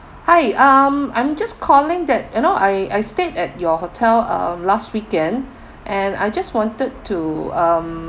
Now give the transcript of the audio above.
hi I'm I'm just calling that you know I I stayed at your hotel uh last weekend and I just wanted to um